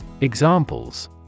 Examples